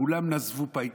כולם נזפו בה,